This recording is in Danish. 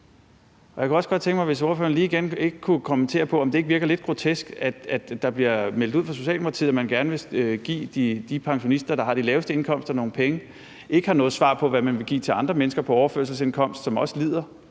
at ordføreren igen lige kunne kommentere på, at der bliver meldt ud fra Socialdemokratiets side, at man gerne vil give de pensionister, der har de laveste indkomster, nogle penge, men at man ikke har noget svar på, hvad man vil give til andre mennesker på overførselsindkomst, som også lider